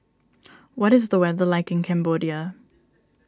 what is the weather like in Cambodia